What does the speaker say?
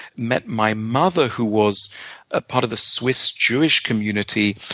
met my mother, who was ah part of the swiss jewish community,